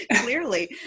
Clearly